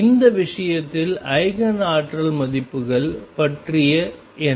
இந்த விஷயத்தில் ஐகேன் ஆற்றல் மதிப்புகள் பற்றி என்ன